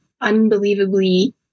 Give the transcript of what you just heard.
unbelievably